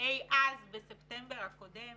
בספטמבר הקודם